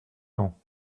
ans